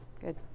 good